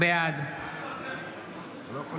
בעד אוהד טל, בעד יעקב